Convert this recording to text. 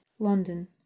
London